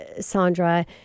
Sandra